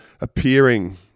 appearing